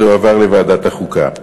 זה הועבר לוועדת החוקה.